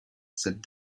said